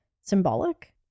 symbolic